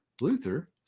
Luther